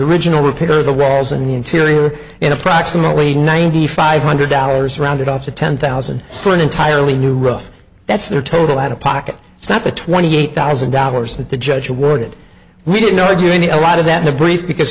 original repair the walls and the interior and approximately ninety five hundred dollars rounded off to ten thousand for an entirely new rough that's their total out of pocket it's not the twenty eight thousand dollars that the judge awarded we didn't argue in the a lot of that the brief because